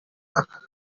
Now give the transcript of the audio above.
aka